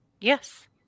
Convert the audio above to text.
Yes